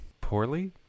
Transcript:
Poorly